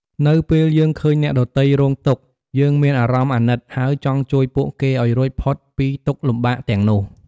នៅពេលយើងឃើញអ្នកដទៃរងទុក្ខ យើងមានអារម្មណ៍អាណិត ហើយចង់ជួយពួកគេឱ្យរួចផុតពីទុក្ខលំបាកទាំងនោះ។